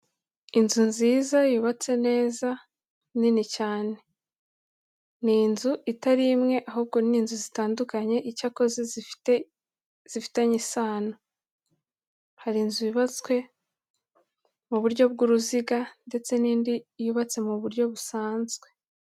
Inzu nziza yubatse neza nini cyane. Ni inzu itari imwe ahubwo ni inzu zitandukanye icyakoze zifite zifitanye isano. Hari inzu yubatswe mu buryo bw'uruziga ndetse n'indi yubatse mu buryo busanzwe.